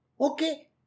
Okay